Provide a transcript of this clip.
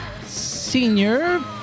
senior